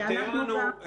ואנחנו גם --- אבל,